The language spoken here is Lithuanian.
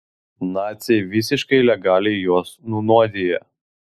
naciai visiškai legaliai juos nunuodija